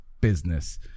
business